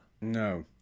No